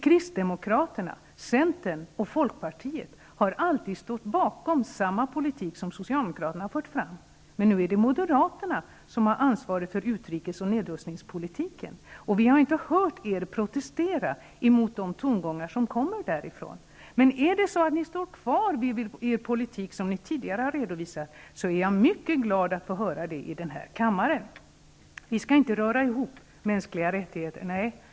Kristdemokraterna, centern och folkpartiet har alltid stått bakom samma politik som socialdemokraterna har fört fram, men nu är det moderaterna som har ansvaret för utrikes och nedrustningspolitiken, och vi har inte hört er protestera mot de tongångar som kommer därifrån. Är det så att ni står kvar vid den politik ni tidigare har redovisat är jag mycket glad över att få höra det i den här kammaren. Vi skall inte röra ihop mänskliga rättigheter, sade Alf Svensson.